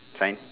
sign